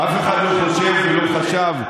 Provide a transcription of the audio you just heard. אף אחד לא חושב ולא חשב,